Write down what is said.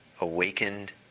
awakened